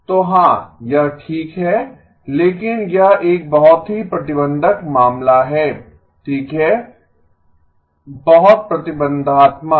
तो हाँ यह ठीक है लेकिन यह एक बहुत ही प्रतिबंधक मामला है ठीक है बहुत प्रतिबंधात्मक